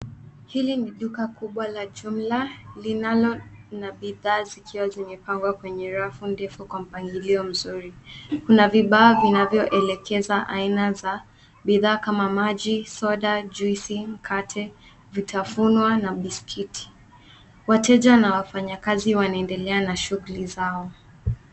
Hili ni duka kubwa la jumla linalo na bidhaa zikiwa zimepangwa kwenye rafu ndefu kwa mpangilio mzuri. Kuna vibao vinavyoelekeza aina za bidhaa kama maji, soda, juisi, mkate, vitafunwa na biskiti. Wateja na wafanyakazi wanaendele na shughuli zao.